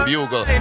Bugle